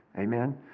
Amen